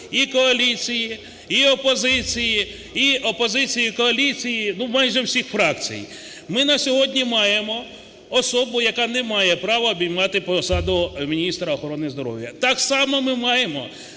і коаліції, і опозиції, і опозиції коаліції, ну, майже всіх фракцій. Ми на сьогодні маємо особу, яка не має права обіймати посаду міністра охорони здоров'я. Так само ми маємо